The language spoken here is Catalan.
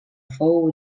fou